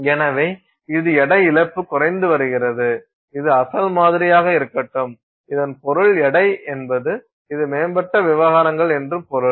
எனவே இது எடை இழப்பு குறைந்து வருகிறது இது அசல் மாதிரியாக இருக்கட்டும் இதன் பொருள் எடை என்பது இது மேம்பட்ட விவகாரங்கள் என்று பொருள்